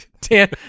Dan